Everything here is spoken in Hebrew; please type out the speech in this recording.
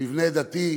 מבנה דתי,